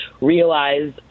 realize